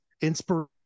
inspiration